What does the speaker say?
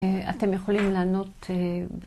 אתם יכולים לענות